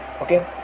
okay